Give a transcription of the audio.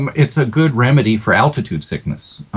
um it's a good remedy for altitude sickness.